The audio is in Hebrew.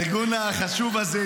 הארגון החשוב הזה,